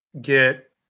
get